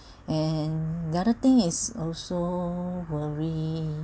and the other thing is also worry